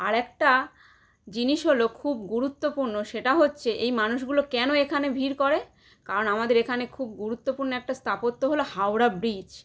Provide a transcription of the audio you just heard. আর একটা জিনিস হলো খুব গুরুত্বপূণ্য সেটা হচ্ছে এই মানুষগুলো কেন এখানে ভিড় করে কারণ আমাদের এখানে খুব গুরুত্বপূর্ণ একটা স্থাপত্য হলো হাওড়া ব্রিজ